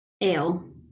Ale